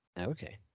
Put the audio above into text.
Okay